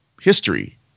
history